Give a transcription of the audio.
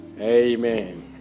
Amen